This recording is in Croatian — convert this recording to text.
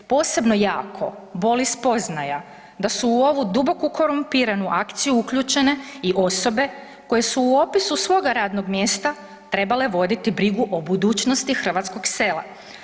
Posebno jako boli spoznaja da su u ovu duboku korumpiranu akciju uključene i osobe koje su u opisu svoga radnog mjesta trebale voditi brigu o budućnosti hrvatskog sela.